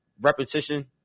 repetition